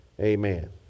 amen